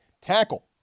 Tackle